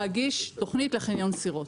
אין בעיה להגיש תוכנית לחניון סירות.